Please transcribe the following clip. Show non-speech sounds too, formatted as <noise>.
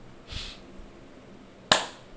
<breath>